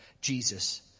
Jesus